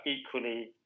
equally